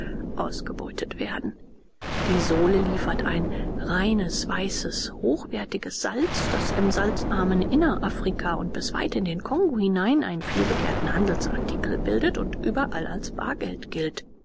ausgebeutet werden die sole liefert ein reines weißes hochwertiges salz das im salzarmen innerafrika und bis weit in den kongo hinein einen vielbegehrten handelsartikel bildet und überall als bargeld gilt